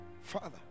Father